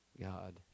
God